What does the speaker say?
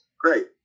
Great